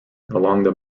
along